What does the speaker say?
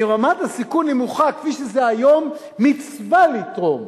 אם רמת הסיכון נמוכה, כפי שזה היום, מצווה לתרום.